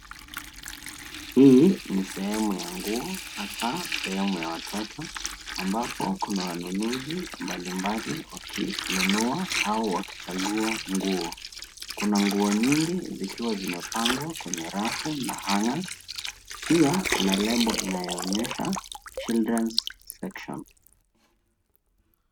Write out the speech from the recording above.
Hii ni sehemu ya nguo hasa sehemu ya watoto ambapo kuna wanunuzi mbalimbali wakinunua au wakichagua nguo. Kuna nguo nyingi zikiwa zimepangwa kwenye rafu na hangers . Pia kuna lebo inayoonyesha children's section .